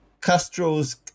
Castro's